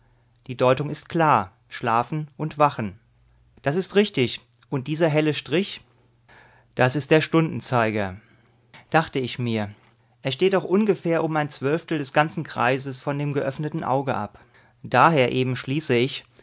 die deutung ist klar schlafen und wachen es ist richtig und dieser helle strich das ist der stundenzeiger dachte ich mir er steht noch ungefähr um ein zwölftel des ganzen kreises von dem geöffneten auge ab daher eben schließe ich